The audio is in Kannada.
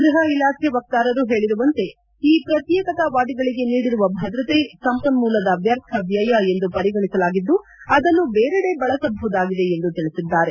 ಗ್ವಹ ಇಲಾಖೆ ವಕ್ತಾರರು ಹೇಳಿರುವಂತೆ ಈ ಪ್ರತ್ಯೇಕತಾವಾದಿಗಳಿಗೆ ನೀಡಿರುವ ಭದ್ರತೆ ಸಂಪನ್ಮೂಲದ ವ್ಯರ್ಥ ವ್ಯಯ ಎಂದು ಪರಿಗಣಿಸಲಾಗಿದ್ದು ಅದನ್ನು ಬೇರೆಡೆ ಬಳಸಬಹುದಾಗಿದೆ ಎಂದು ತಿಳಿಸಿದ್ದಾರೆ